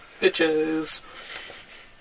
Bitches